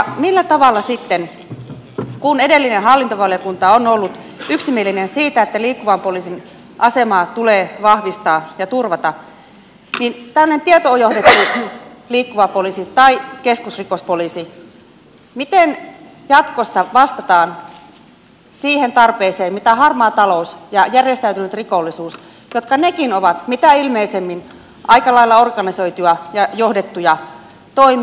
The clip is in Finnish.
millä tavalla sitten kun edellinen hallintovaliokunta on ollut yksimielinen siitä että liikkuvan poliisin asemaa tulee vahvistaa ja turvata tällainen tietojohdettu liikkuva poliisi tai keskusrikospoliisi jatkossa vastataan siihen tarpeeseen mitä aiheuttavat harmaa talous ja järjestäytynyt rikollisuus jotka nekin ovat mitä ilmeisimmin aika lailla organisoituja ja johdettuja toimia